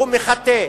שהוא מחטא,